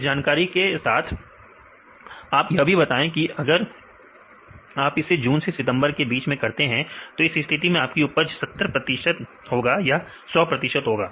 इस जानकारी के साथ आप यह भी बताएं कि अगर आप इसे जून से सितंबर के बीच में करते हैं तो इस स्थिति में आपका उपज 70 प्रतिशत होगा या 100 प्रतिशत होगा